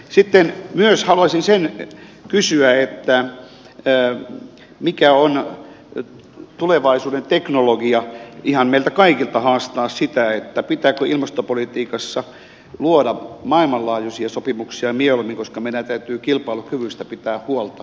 sitten myös haluaisin sen kysyä että mikä on tulevaisuuden teknologia ja ihan meiltä kaikilta haastaa sitä pitääkö ilmastopolitiikassa luoda maailmanlaajuisia sopimuksia mieluummin koska meidän täytyy kilpailukyvystä pitää huolta